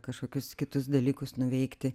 kažkokius kitus dalykus nuveikti